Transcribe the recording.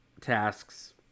tasks